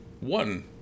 one